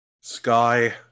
Sky